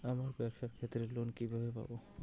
আমার ব্যবসার ক্ষেত্রে লোন কিভাবে পাব?